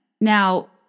Now